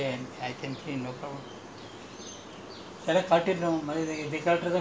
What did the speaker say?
நாளைக்கு ஒரு நாலுல:naalaiku oru naalula wednesday all I can take out all the thing there I can clean no problem